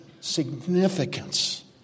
significance